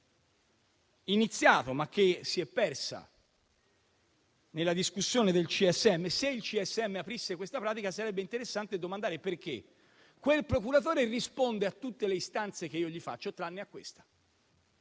iniziato, ma che si è persa nella discussione del CSM, sarebbe interessante domandare perché quel procuratore risponde a tutte le istanze che io gli faccio tranne che a questa.